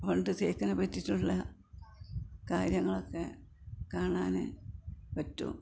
പണ്ട് തേക്കിനെ പറ്റിയിട്ടുള്ള കാര്യങ്ങളൊക്കെ കാണാൻ പറ്റും